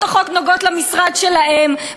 שהצעות החוק נוגעות למשרדים שלהם,